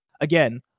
Again